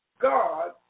God